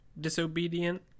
disobedient